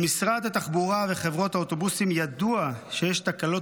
למשרד התחבורה וחברות האוטובוסים ידוע שיש תקלות